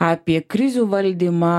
apie krizių valdymą